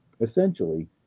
essentially